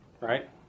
Right